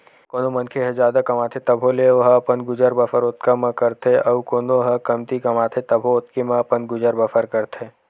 कोनो मनखे ह जादा कमाथे तभो ले ओहा अपन गुजर बसर ओतका म करथे अउ कोनो ह कमती कमाथे तभो ओतके म अपन गुजर बसर करथे